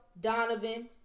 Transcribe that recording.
Donovan